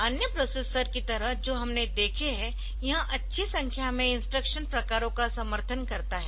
अन्य प्रोसेसर की तरह जो हमने देखे है यह अच्छी संख्या में इंस्ट्रक्शन प्रकारों का समर्थन करता है